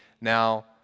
Now